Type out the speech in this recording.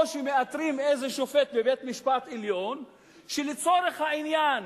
או שמאתרים איזה שופט בבית-משפט עליון שלצורך העניין,